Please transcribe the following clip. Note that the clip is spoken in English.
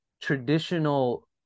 traditional